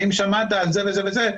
האם שמעת על זה וזה זה?